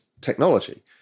technology